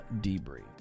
Debris